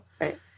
Right